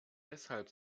deshalb